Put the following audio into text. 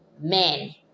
men